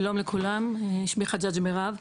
שלום לכולם, שמי חג'אג' מירב.